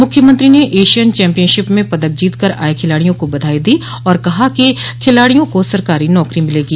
मुख्यमंत्री ने Asian championship में पदक जीत कर आये खिलाड़ियों को बधाई दी और कहा कि खिलाड़ियों को सरकारी नौकरी मिलेगी